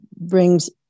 brings